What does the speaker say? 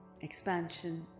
Expansion